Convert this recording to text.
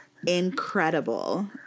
incredible